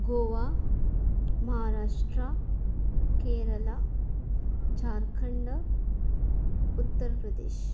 Goa Maharashtra Kerala Jharkhand Uttar Pradesh